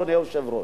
אדוני היושב-ראש.